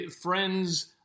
friends